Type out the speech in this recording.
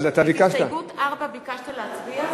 על הסתייגות 4 ביקשת להצביע?